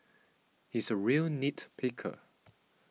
he is a real nit picker